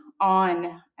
on